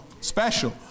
special